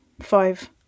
five